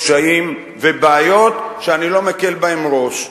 קשיים ובעיות שאני לא מקל בהם ראש.